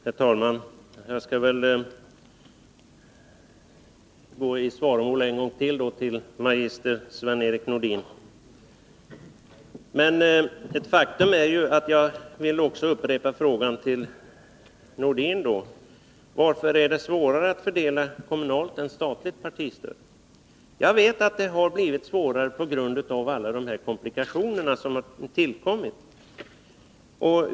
Herr talman! Jag skall väl då ännu en gång gå i svaromål mot magister Sven-Erik Nordin. Jag vill upprepa frågan även till honom: Varför är det svårare att fördela ett kommunalt partistöd än ett statligt? Jag vet att det har blivit svårare på grund av alla de komplikationer som har tillkommit.